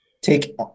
take